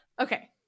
Okay